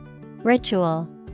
ritual